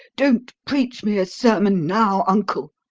don't preach me a sermon now, uncle,